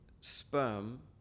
sperm